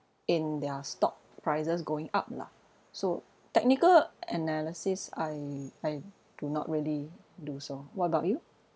in their stock prices going up lah so technical analysis I I do not really do so what about you